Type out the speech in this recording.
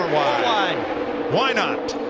why why not.